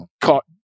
caught